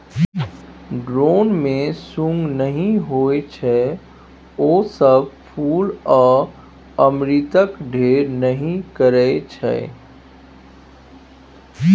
drone मे सुंग नहि होइ छै ओ सब फुल आ अमृतक ढेर नहि करय छै